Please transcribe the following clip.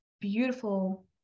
beautiful